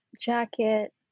jacket